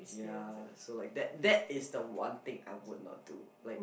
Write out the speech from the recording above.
ya so like that that is the one thing I would not do like